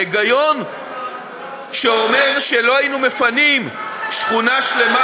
ההיגיון שאומר שלא היינו מפנים שכונה שלמה,